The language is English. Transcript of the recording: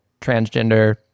transgender